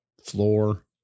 floor